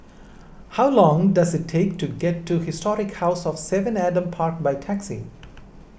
how long does it take to get to Historic House of Seven Adam Park by taxi